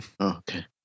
Okay